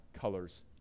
colors